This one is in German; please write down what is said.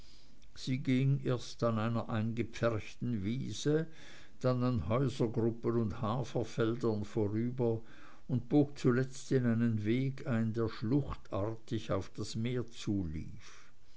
sie ging erst an einer eingepferchten wiese dann an häusergruppen und haferfeldern vorüber und bog zuletzt in einen weg ein der schluchtartig auf das meer zulief